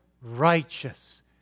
righteous